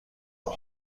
for